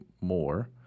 more